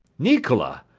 nicola!